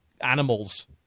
animals